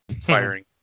firing